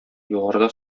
югарыда